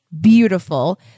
beautiful